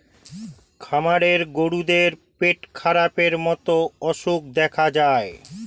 খামারের গরুদের পেটখারাপের মতো অসুখ দেখা যায়